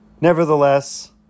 Nevertheless